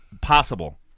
possible